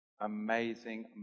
amazing